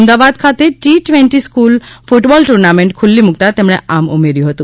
અમદાવાદ ખાતે T twenty school ક્રટબોલ tournament ખુલ્લી મુકતા તેમણે આમ ઉમેર્યુ હતુ